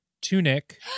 tunic